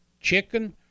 chicken